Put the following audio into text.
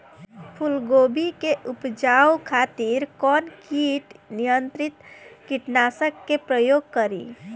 फुलगोबि के उपजावे खातिर कौन कीट नियंत्री कीटनाशक के प्रयोग करी?